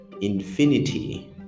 infinity